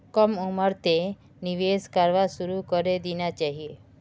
कम उम्रतें निवेश करवा शुरू करे देना चहिए